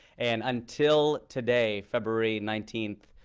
and until today, february nineteen,